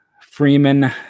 Freeman